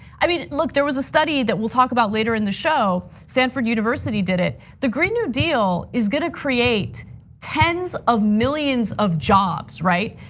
i mean, look, there was a study that we'll talk about later in the show, stanford university did it. the green new deal is gonna create tens of millions of jobs, right?